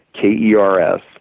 KERS